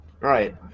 Right